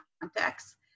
contexts